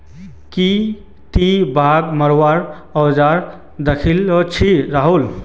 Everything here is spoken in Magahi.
की ती बाघ मरवार औजार दखिल छि राहुल